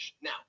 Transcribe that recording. Now